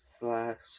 Slash